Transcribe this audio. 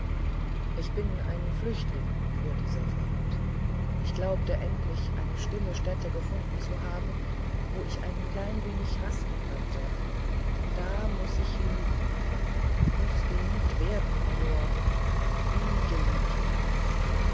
ich bin ein flüchtling fuhr dieser fort ich glaubte endlich eine stille stätte gefunden zu haben wo ich ein klein wenig rasten könnte da muß ich lieben muß geliebt werden major wie geliebt werden